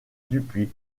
dupuy